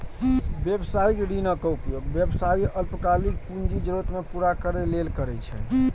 व्यावसायिक ऋणक उपयोग व्यवसायी अल्पकालिक पूंजी जरूरत कें पूरा करै लेल करै छै